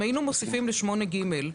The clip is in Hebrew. אם היינו מוסיפים ל-8ג,